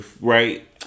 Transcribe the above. Right